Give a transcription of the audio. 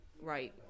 right